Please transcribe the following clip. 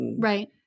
Right